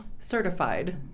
certified